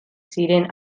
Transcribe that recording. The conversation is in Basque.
ziren